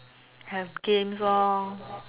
have games lor